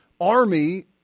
Army